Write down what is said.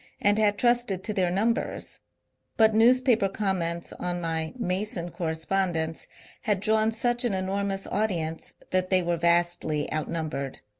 and had trusted to their numbers but newspaper comments on my mason. correspondence had drawn such an enormous audience that they were vastly outnumbered.